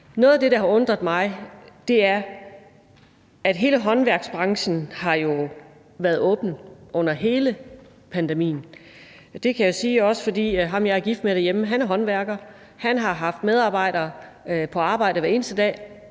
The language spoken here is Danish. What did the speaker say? Noget af det, der har undret mig, er, at hele håndværksbranchen jo har været åben under hele pandemien. Det kan jeg sige, også fordi ham, som jeg er gift med derhjemme, er håndværker. Han har haft medarbejdere på arbejde hver eneste dag,